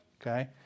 okay